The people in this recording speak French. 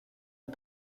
une